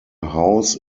house